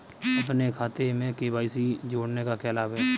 अपने खाते में के.वाई.सी जोड़ने का क्या लाभ है?